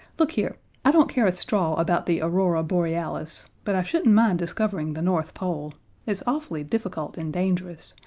look here i don't care a straw about the aurora borealis, but i shouldn't mind discovering the north pole it's awfully difficult and dangerous,